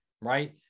right